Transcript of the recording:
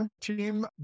team